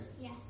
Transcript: Yes